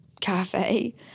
cafe